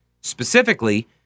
specifically